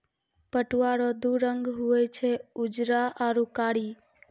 पटुआ रो दू रंग हुवे छै उजरा आरू कारी